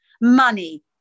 money